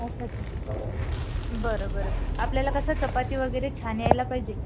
अच्छा अच्छा बरं बरं आपल्याला कसं चपाती वगैरे छान यायला पाहिजे